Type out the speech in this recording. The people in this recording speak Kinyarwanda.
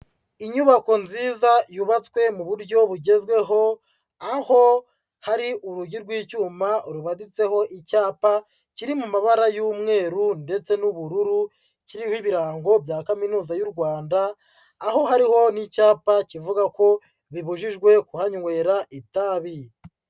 Inyubako nziza yubatswe mu buryo bugezweho, aho hari urugi rw'icyuma rubaditseho icyapa kiri mu mabara y'umweru ndetse n'ubururu, kiriho ibirango bya Kaminuza y'u Rwanda, aho hariho n'icyapa kivuga ko bibujijwe kuhanywera itabi.